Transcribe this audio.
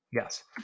Yes